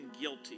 guilty